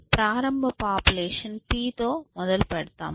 ప్రారంభ population p తో మొదలుపెడ్తాము